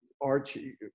Archie